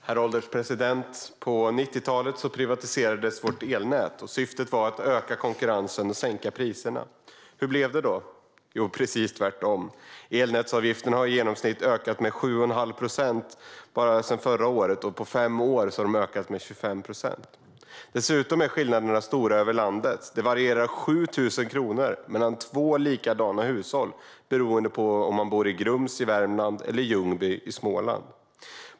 Herr ålderspresident! På 90-talet privatiserades vårt elnät. Syftet var att öka konkurrensen och sänka priserna. Hur blev det då? Jo, det blev precis tvärtom. Elnätsavgifterna har i genomsnitt ökat med 7 1⁄2 procent bara sedan förra året, och på fem år har de ökat med 25 procent. Dessutom är skillnaderna stora över landet - det skiljer 7 000 kronor mellan två likadana hushåll beroende på om man bor i Grums i Värmland eller i Ljungby i Småland.